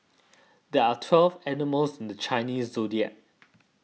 there are twelve animals in the Chinese zodiac